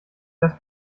das